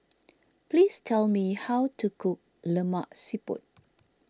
please tell me how to cook Lemak Siput